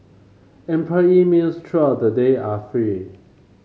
employee meals throughout the day are free